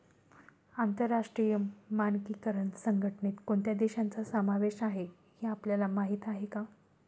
आंतरराष्ट्रीय मानकीकरण संघटनेत कोणत्या देशांचा समावेश आहे हे आपल्याला माहीत आहे का?